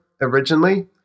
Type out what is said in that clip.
originally